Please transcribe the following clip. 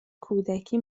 کودکی